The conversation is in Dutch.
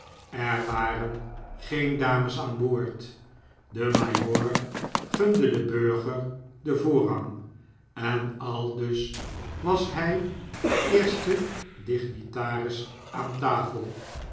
er waren geen dames aan boord de majoor gunde den burger den voorrang en aldus was hij eerste dignitaris aan tafel